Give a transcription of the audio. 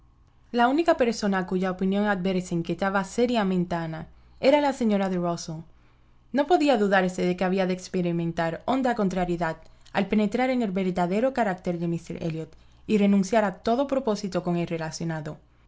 la única persona cuya opinión adversa inquietaba seriamente a ana era la señora de rusell no podía dudarse de que había de experimentar honda contrariedad al penetrar en el verdadero carácter de míster elliot y renunciar a todo propósito con él relacionado